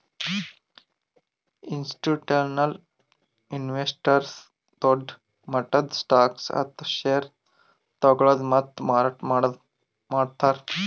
institutional investors ದೊಡ್ಡ್ ಮಟ್ಟದ್ stocks ಅಥವಾ ಷೇರ್ ತಗೋಳದು ಮತ್ತ್ ಮಾರಾಟ್ ಮಾಡದು ಮಾಡ್ತಾರ್